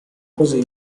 così